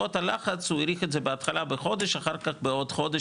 ובעקבות הלחץ הוא האריך את זה בחודש ואחר כך בעוד חודש